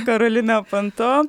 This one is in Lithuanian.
karolina panto